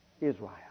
Israel